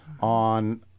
on